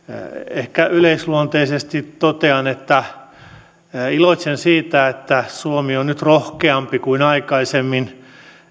ehkä yleisluonteisesti totean että iloitsen siitä että suomi on nyt rohkeampi kuin aikaisemmin